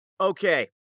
Okay